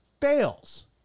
fails